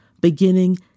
Beginning